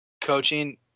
coaching